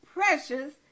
Precious